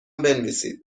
بنویسید